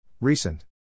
Recent